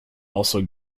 also